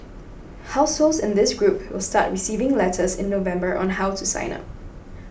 households in this group will start receiving letters in November on how to sign up